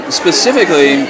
specifically